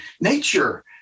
nature